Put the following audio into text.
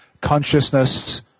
consciousness